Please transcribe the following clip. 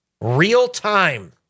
real-time